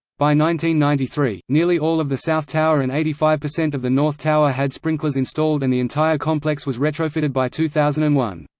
ninety ninety three, nearly all of the south tower and eighty five percent of the north tower had sprinklers installed and the entire complex was retrofitted by two thousand and one.